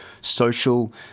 social